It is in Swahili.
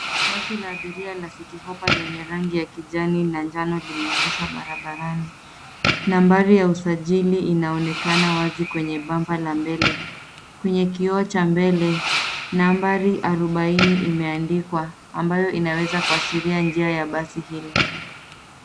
Basi la abiria la City Hoppa lenye rangi ya kijani na njano limeegeshwa barabarani, nambari ya usajili inaonekana wazi kwenye bumper la mbele. Kwenye kioo cha mbele nambari arobaini imeandikwa, ambayo inaweza kuashiria njia ya basi hilo.